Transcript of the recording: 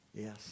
Yes